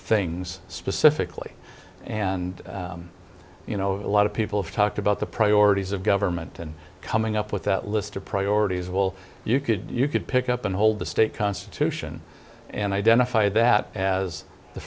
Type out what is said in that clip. things specifically and you know a lot of people have talked about the priorities of government and coming up with that list of priorities will you could you could pick up and hold the state constitution and identified that as the